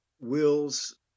wills